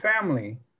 family